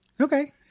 Okay